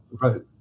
right